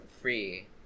free